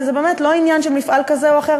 וזה באמת לא עניין של מפעל כזה או אחר,